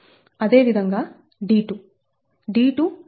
అదేవిధంగా d2 d2 ఇది